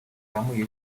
azamuye